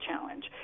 Challenge